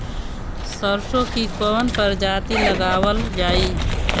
सरसो की कवन प्रजाति लगावल जाई?